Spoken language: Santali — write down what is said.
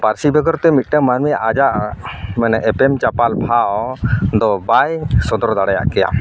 ᱯᱟᱹᱨᱥᱤ ᱵᱮᱜᱚᱨᱛᱮ ᱢᱤᱫᱴᱟᱝ ᱢᱟᱱᱢᱤ ᱟᱡᱟᱜ ᱢᱟᱱᱮ ᱮᱯᱮᱢᱼᱪᱟᱯᱟᱞ ᱵᱷᱟᱣ ᱫᱚ ᱵᱟᱭ ᱥᱚᱫᱚᱨ ᱫᱟᱲᱮᱭᱟᱜ ᱠᱮᱭᱟ